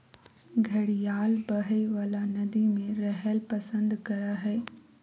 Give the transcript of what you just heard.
घड़ियाल बहइ वला नदि में रहैल पसंद करय हइ